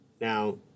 Now